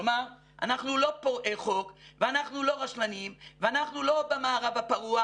כלומר אנחנו לא פורעי חוק ואנחנו לא רשלנים ואנחנו לא במערב הפרוע.